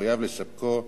מחויב לספקו מזון,